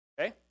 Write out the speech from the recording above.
okay